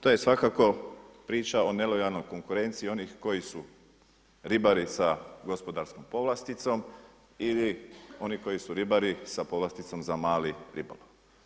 To je svakako priča o nelojalnoj konkurenciji onih koji su ribari sa gospodarskom povlasticom ili oni koji su ribari sa povlasticom za mali ribolov.